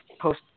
post